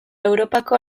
europako